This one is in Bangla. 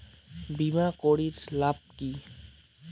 বিমা করির লাভ কি?